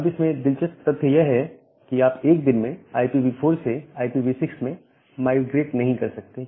अब इसमें दिलचस्प तथ्य यह है कि आप 1 दिन में IPv4 से IPv6 में माइग्रेट नहीं कर सकते